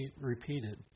repeated